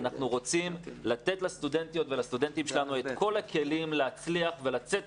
אנחנו רוצים לתת לסטודנטיות ולסטודנטים שלנו את כל הכלים להצליח ולצאת